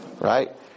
Right